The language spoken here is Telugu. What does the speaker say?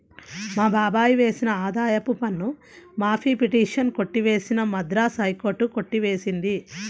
మా బాబాయ్ వేసిన ఆదాయపు పన్ను మాఫీ పిటిషన్ కొట్టివేసిన మద్రాస్ హైకోర్టు కొట్టి వేసింది